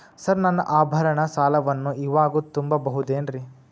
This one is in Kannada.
ಸರ್ ನನ್ನ ಆಭರಣ ಸಾಲವನ್ನು ಇವಾಗು ತುಂಬ ಬಹುದೇನ್ರಿ?